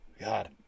God